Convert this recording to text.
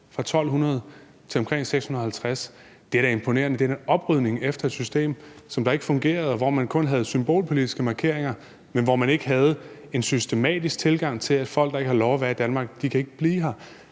fra 1.200 til omkring 650. Det er da imponerende. Det er en oprydning efter et system, der ikke fungerede, hvor man kun havde symbolpolitiske markeringer, men hvor man ikke havde en systematisk tilgang til, at folk, der ikke har lov at være i Danmark, ikke kan blive her.